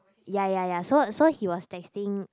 ya ya ya so so he was texting